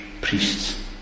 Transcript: priests